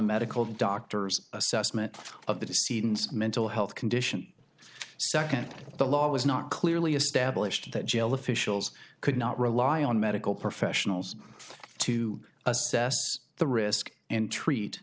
medical doctors assessment of the dissidents mental health condition second the law was not clearly established that jail officials could not rely on medical professionals to assess the risk and treat